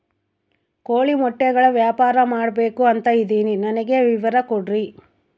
ಕೋಳಿ ಮೊಟ್ಟೆಗಳ ವ್ಯಾಪಾರ ಮಾಡ್ಬೇಕು ಅಂತ ಇದಿನಿ ನನಗೆ ವಿವರ ಕೊಡ್ರಿ?